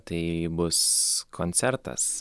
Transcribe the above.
tai bus koncertas